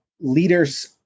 leaders